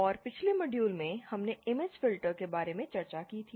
और पिछले मॉड्यूल में हमने इमेज फिल्टर के बारे में चर्चा की थी